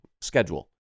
schedule